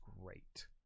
great